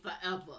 forever